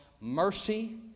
mercy